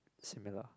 similar